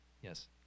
Yes